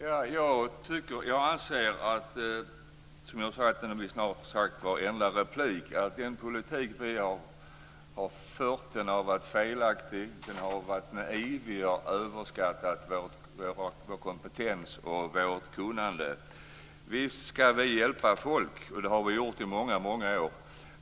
Herr talman! Jag anser, som jag har sagt nu i snart sagt varje replik, att den politik som vi har fört har varit felaktig. Den har varit yvig och överskattat vår kompetens och vårt kunnande. Visst ska vi hjälpa folk. Det har vi gjort i många år.